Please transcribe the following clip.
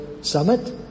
summit